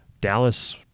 dallas